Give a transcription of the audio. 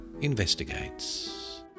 investigates